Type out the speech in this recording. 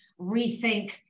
rethink